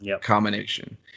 combination